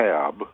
Tab